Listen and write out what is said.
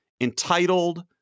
entitled